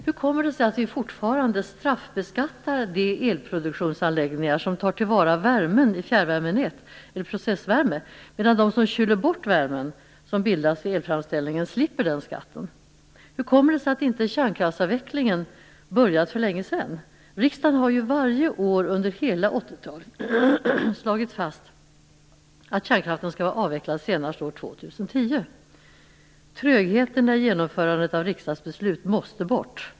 Hur kommer det sig att vi fortfarande straffbeskattar de elproduktionsanläggningar som tar till vara värmen i fjärrvärmenät eller processvärme, medan de som kyler ned den värme som bildas vid elframställningen slipper denna skatt? Hur kommer det sig att inte kärnkraftsavvecklingen har börjat för länge sedan? Riksdagen har ju varje år under hela 80-talet slagit fast att kärnkraften skall vara avvecklad senast år 2010. Trögheten i genomförandet av riksdagsbeslut måste bort.